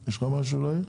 שלום, יש לך משהו להגיד?